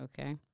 okay